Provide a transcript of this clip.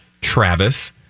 Travis